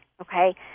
okay